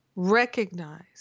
Recognize